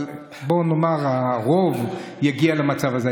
אבל בוא נאמר שהרוב יגיעו למצב הזה.